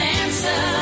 answer